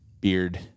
beard